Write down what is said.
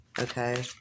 okay